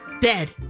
Bed